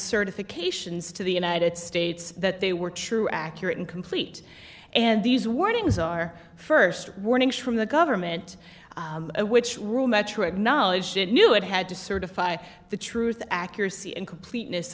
certifications to the united states that they were true accurate and complete and these warnings are st warnings from the government which rule metric knowledge it knew it had to certify the truth accuracy and completeness